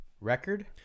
Record